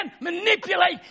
manipulate